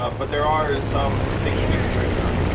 ah but there are some things to be concerned about.